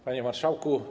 Panie Marszałku!